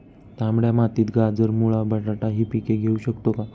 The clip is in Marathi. तांबड्या मातीत गाजर, मुळा, बटाटा हि पिके घेऊ शकतो का?